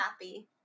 happy